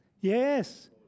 Yes